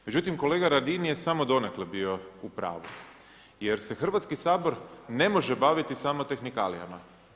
Međutim kolega radin je samo donekle bio u pravu jer se Hrvatski sabor ne može baviti samo tehnikalijama.